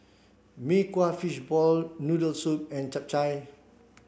Mee Kuah Fishball Noodle Soup and Chap Chai